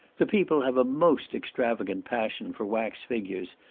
the people have a most extravagant passion for wax figures,